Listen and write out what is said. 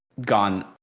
gone